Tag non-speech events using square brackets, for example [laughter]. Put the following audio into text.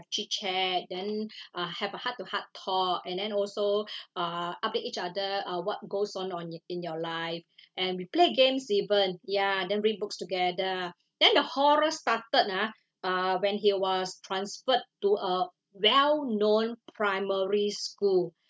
chit chat then [breath] uh have a heart to heart talk and then also [breath] uh update each other uh what goes on on in your life and we play games even ya then read books together then the horror started ah uh when he was transferred to a well known primary school